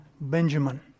Benjamin